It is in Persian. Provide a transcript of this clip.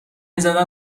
زدم